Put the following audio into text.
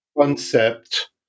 concept